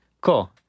Cool